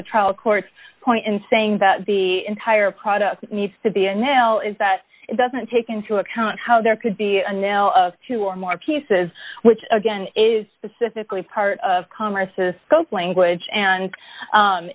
the trial court's point in saying that the entire product needs to be and now is that it doesn't take into account how there could be a nail of two or more pieces which again is specifically part of congress scope language and